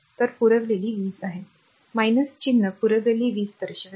तर पुरवलेली वीज आहे चिन्ह पुरवलेली वीज दर्शवते